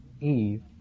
Eve